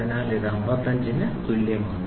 അതിനാൽ ഇത് 55 ന് തുല്യമാണ്